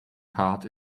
cart